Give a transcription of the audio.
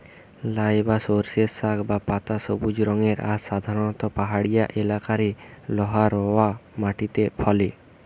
লাই বা সর্ষের শাক বা পাতা সবুজ রঙের আর সাধারণত পাহাড়িয়া এলাকারে লহা রওয়া মাটিরে ফলে